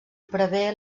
prevé